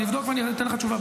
אני אבדוק ואני אתן לך תשובה,